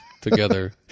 together